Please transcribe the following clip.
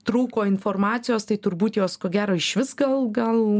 trūko informacijos tai turbūt jos ko gero išvis gal gal